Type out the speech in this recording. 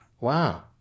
Wow